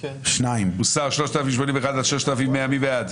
3 בעד, 7 נגד,